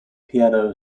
piano